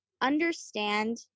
understand